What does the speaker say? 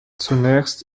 zunächst